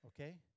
Okay